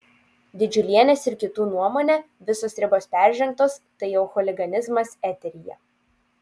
didžiulienės ir kitų nuomone visos ribos peržengtos tai jau chuliganizmas eteryje